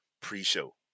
pre-show